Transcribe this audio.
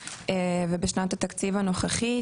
ובשנת התקציב הנוכחית